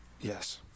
yes